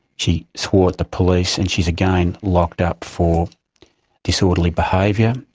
she swore at the police and she is again locked up for disorderly behaviour,